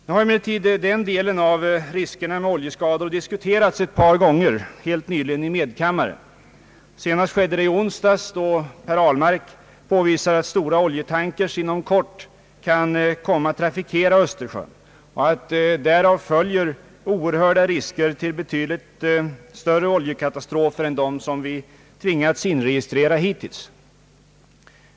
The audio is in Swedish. Nu har emellertid de risker som är förknippade med oljeutsläpp i våra vatten diskuterats ett par gånger i medkammaren, senast i onsdags då herr Ahlmark påvisade att stora oljetankers inom kort kan komma att trafikera Östersjön, varav följer oerhörda risker för betydligt större oljekatastrofer än dem som vi tvingats inregistrera hittills.